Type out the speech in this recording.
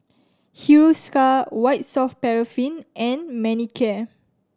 Hiruscar White Soft Paraffin and Manicare